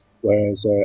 Whereas